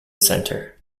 center